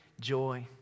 joy